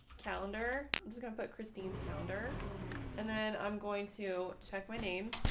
calendar, i'm just going to put christine's calendar and then i'm going to check my name